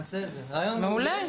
רעיון מעולה.